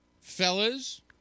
fellas